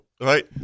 right